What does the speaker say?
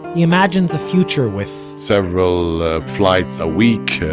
he imagines a future with, several ah flights a week,